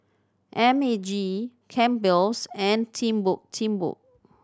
M A G Campbell's and Timbuk Timbuk